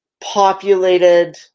populated